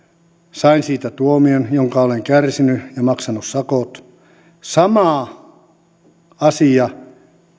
sain siitä tuomion jonka olen kärsinyt ja olen maksanut sakot sama asia